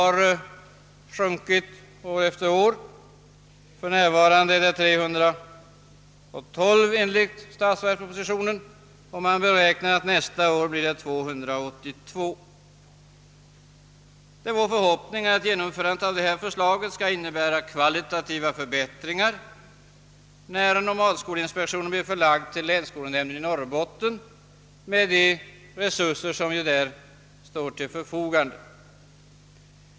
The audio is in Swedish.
Enligt statsverkspropositionen är det för närvarande 312, och man beräknar att det nästa år blir 282. Det är vår förhoppning att genomförandet av detta förslag skall innebära kvalitativa förbättringar, då nomadskolinspektionen blir förlagd till länsskolnämnden i Norrbotten med de resurser som där står till förfogande.